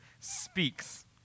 speaks